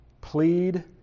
plead